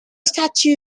statue